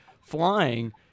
flying